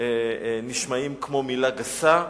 נשמעות כמו מלה גסה.